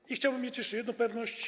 I chciałbym mieć jeszcze jedną pewność.